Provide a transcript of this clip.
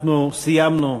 אנחנו סיימנו,